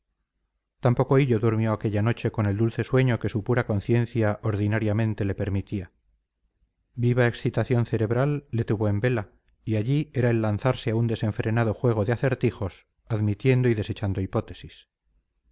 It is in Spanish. tampoco hillo durmió aquella noche con el dulce sueño que su pura conciencia ordinariamente le permitía viva excitación cerebral le tuvo en vela y allí era el lanzarse a un desenfrenado juego de acertijos admitiendo y desechando hipótesis